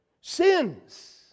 sins